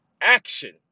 action